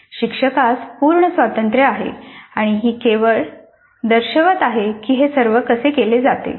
शिक्षकास पूर्ण स्वातंत्र्य आहे आणि ही केवळ दर्शवत आहे की हे सर्व कसे केले जाते